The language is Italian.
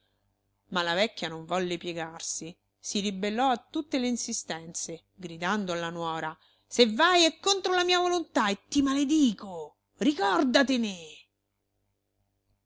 ma la vecchia non volle piegarsi si ribellò a tutte le insistenze gridando alla nuora se vai è contro la mia volontà e ti maledico ricordatene